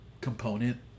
component